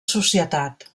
societat